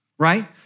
Right